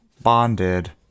Bonded